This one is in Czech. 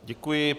Děkuji.